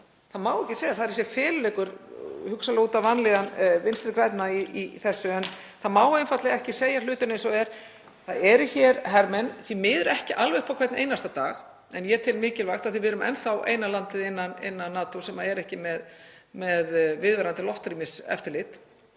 Það má ekki segja það. Það er þessi feluleikur, hugsanlega út af vanlíðan Vinstri grænna í þessu en það má einfaldlega ekki segja hlutina eins og þeir eru. Það eru hér hermenn, því miður ekki alveg upp á hvern einasta dag, en ég tel það mikilvægt af því við erum enn þá eina landið innan NATO sem er ekki með viðvarandi loftrýmiseftirlit.